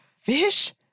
Fish